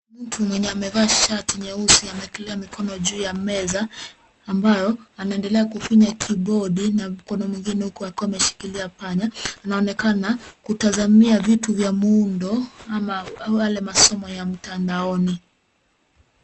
Mtu mwenye amevaa shati nyeusi amewekelea mkono juu ya meza ambayo anaendelea kuufinya kibodi na mkono mwingine huku akiwawa ameshikilia kipanya. Anaonekana kutazamia vitu vya muundo ama wale masomo ya mtandaoni.